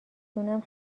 دونم